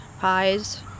pies